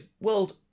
World